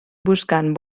buscant